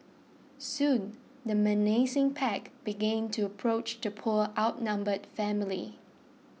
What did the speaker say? soon the menacing pack began to approach the poor outnumbered family